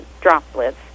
droplets